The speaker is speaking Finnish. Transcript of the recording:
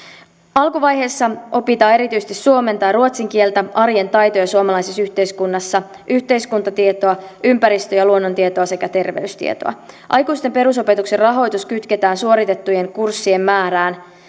alkuvaiheessa opitaan erityisesti suomen tai ruotsin kieltä arjen taitoja suomalaisessa yhteiskunnassa yhteiskuntatietoa ympäristö ja luonnontietoa sekä terveystietoa aikuisten perusopetuksen rahoitus kytketään suoritettujen kurssien määrään